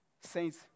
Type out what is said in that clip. Saints